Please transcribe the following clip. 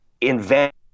invent